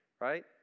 right